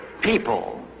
people